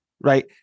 right